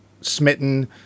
smitten